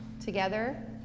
Together